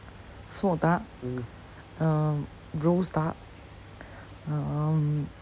smoked duck um roast duck um